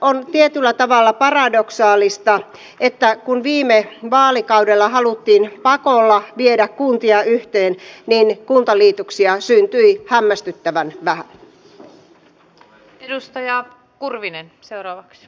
on tietyllä tavalla paradoksaalista että kun viime vaalikaudella haluttiin pakolla viedä kuntia yhteen niin kuntaliitoksia syntyi hämmästyttävän vähän